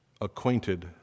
acquainted